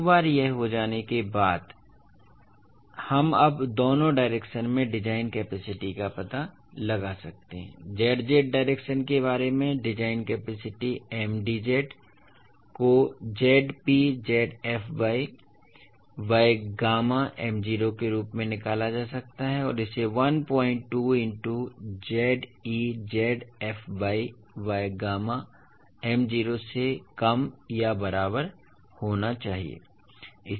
एक बार यह हो जाने के बाद हम अब दोनों डायरेक्शन में डिज़ाइन कैपेसिटी का पता लगा सकते हैं z z डायरेक्शन के बारे में डिज़ाइन कैपेसिटी Mdz को Zpzfy बाय गामा m0 के रूप में निकाला जा सकता है और इसे 12 into Zezfy by gamma m0 से कम या बराबर होना चाहिए